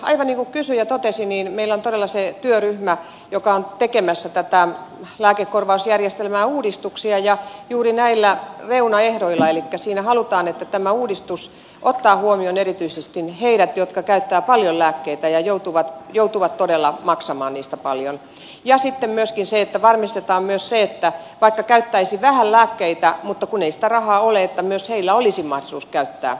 aivan niin kuin kysyjä totesi meillä on todella se työryhmä joka on tekemässä lääkekorvausjärjestelmään uudistuksia ja juuri näillä reunaehdoilla elikkä siinä halutaan että tämä uudistus ottaa huomioon erityisesti heidät jotka käyttävät paljon lääkkeitä ja joutuvat todella maksamaan niistä paljon ja sitten myöskin sitä että varmistetaan myös se että vaikka käyttäisi vähän lääkkeitä mutta ei sitä rahaa ole olisi myös mahdollisuus käyttää lääkkeitä